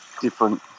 different